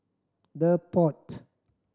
The Pod